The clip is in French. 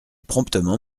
promptement